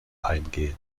eingehen